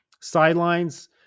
sidelines